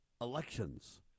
elections